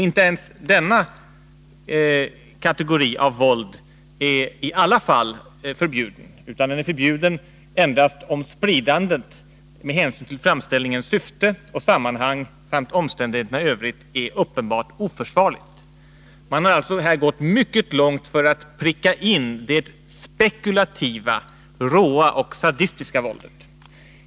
Inte ens denna kategori av våld är förbjuden i alla fall, utan den är förbjuden endast om spridandet, med hänsyn till framställningens syfte och sammanhang samt omständigheterna i övrigt, är uppenbart oförsvarligt. Man har alltså här gått mycket långt för att pricka in det spekulativa, råa och sadistiska våldet.